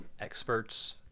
experts